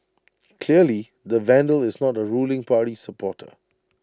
clearly the vandal is not A ruling party supporter